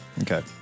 Okay